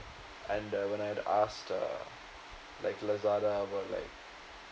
and uh when I asked uh lazada about like